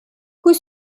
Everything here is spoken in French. coup